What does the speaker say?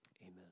amen